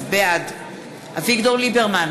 בעד אביגדור ליברמן,